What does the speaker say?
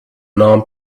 non